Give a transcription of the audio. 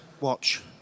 watch